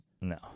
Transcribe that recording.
No